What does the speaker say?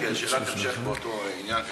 שאלת המשך, באותו עניין כמובן,